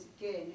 again